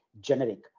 generic